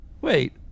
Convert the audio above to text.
Wait